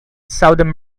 seldom